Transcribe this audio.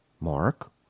Mark